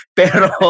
pero